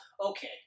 okay